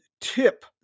tip